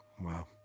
Wow